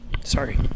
Sorry